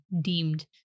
deemed